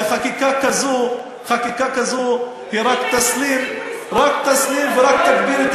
וחקיקה כזו רק תסלים ורק תגביר את